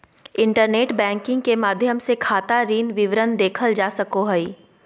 internet banking के माध्यम से खाता ऋण विवरण देखल जा सको हइ